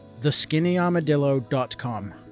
theskinnyarmadillo.com